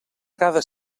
cada